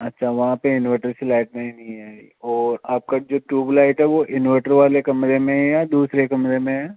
अच्छा वहाँ पर इन्वर्टर से लाइट नहीं आ रही और आपका जो ट्यूब लाइट है वो इन्वर्टर वाले कमरे में है या दूसरे कमरे में है